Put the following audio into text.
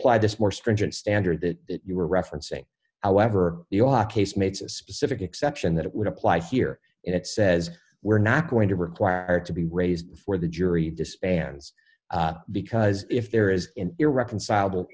apply this more stringent standard that you were referencing however you know our case makes a specific exception that it would apply here it says we're not going to require it to be raised for the jury disbands because if there is an irreconcilable